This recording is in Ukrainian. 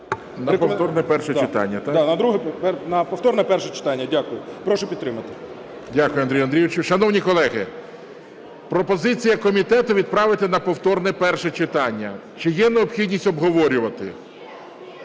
проходження державної служби на повторне перше читання. Дякую. Прошу підтримати. ГОЛОВУЮЧИЙ. Дякую, Андрію Андрійовичу. Шановні колеги, пропозиція комітету відправити на повторне перше читання. Чи є необхідність обговорювати?